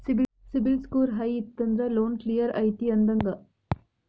CIBIL score high ಇತ್ತಂದ್ರ loan clear ಐತಿ ಅಂದಂಗ